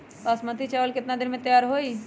बासमती चावल केतना दिन में तयार होई?